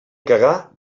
cagar